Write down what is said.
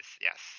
yes